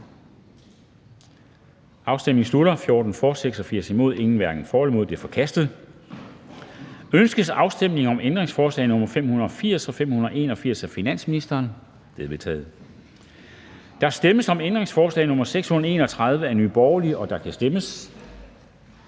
hverken for eller imod stemte 0. Ændringsforslaget er forkastet. Ønskes afstemning om ændringsforslag nr. 580 og 581 af finansministeren? De er vedtaget. Der stemmes om ændringsforslag nr. 631 af NB, og der kan stemmes.